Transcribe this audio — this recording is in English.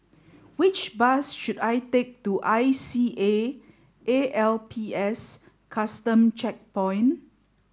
which bus should I take to I C A A L P S Custom Checkpoint